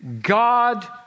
God